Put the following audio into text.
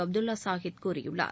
அப்துல்லா சாஹித் கூறியுள்ளார்